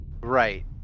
right